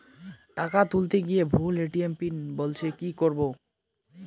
টাকা তুলতে গিয়ে ভুল এ.টি.এম পিন বলছে কি করবো?